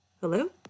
Hello